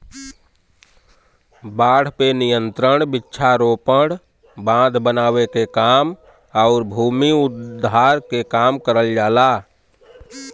बाढ़ पे नियंत्रण वृक्षारोपण, बांध बनावे के काम आउर भूमि उद्धार के काम करल जाला